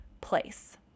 place